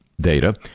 data